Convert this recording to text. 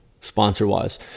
sponsor-wise